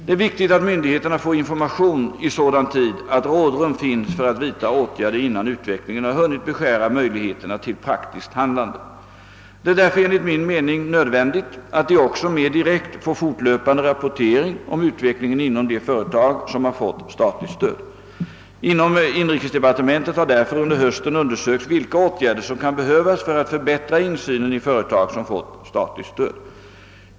Det är viktigt att myndigheterna får information i sådan tid, att rådrum finns för att vidta åtgärder innan utvecklingen har hunnit beskära möjligheterna till praktiskt handlande. Det är därför enligt min mening nödvändigt att de också mer direkt får fortlöpande rapportering om utvecklingen inom de företag som har fått statligt stöd. Inom inrikesdepartementet har därför under hösten undersökts vilka åtgärder som kan behövas för att förbättra insynen i företag som fått statligt stöd.